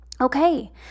Okay